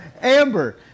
Amber